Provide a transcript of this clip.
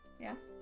Yes